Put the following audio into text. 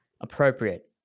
appropriate